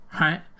right